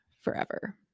forever